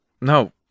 No